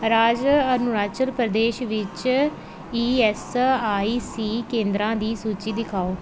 ਰਾਜ ਅਰੁਣਾਚਲ ਪ੍ਰਦੇਸ਼ ਵਿੱਚ E S I C ਕੇਂਦਰਾਂ ਦੀ ਸੂਚੀ ਦਿਖਾਓ